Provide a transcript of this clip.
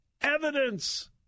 evidence